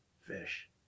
fish